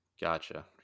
Gotcha